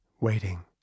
waiting